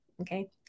Okay